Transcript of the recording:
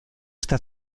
esta